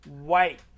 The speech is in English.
White